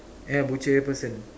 yeah butcher person